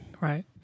Right